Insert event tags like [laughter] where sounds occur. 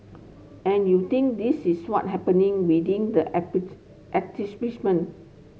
and you think this is what happening within the [unintelligible]